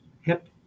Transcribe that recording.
hip